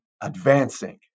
advancing